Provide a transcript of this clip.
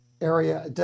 area